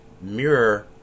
mirror